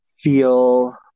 feel